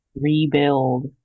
rebuild